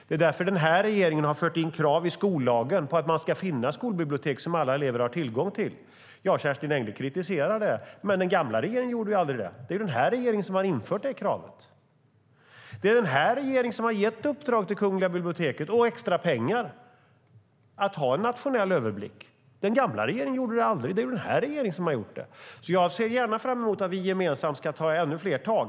Därför har den här regeringen också fört in krav i skollagen på att det ska finnas skolbibliotek som alla elever har tillgång till. Kerstin Engle kritiserar det, men den gamla regeringen gjorde aldrig det. Det är den här regeringen som har infört det kravet. Det är den här regeringen som har gett i uppdrag åt Kungliga biblioteket att ha nationell överblick. De har fått extra pengar för det. Den gamla regeringen gjorde aldrig det. Det är den här regeringen som har gjort det. Jag ser fram emot att vi gemensamt ska ta ännu fler tag.